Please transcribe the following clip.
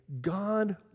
God